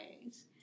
ways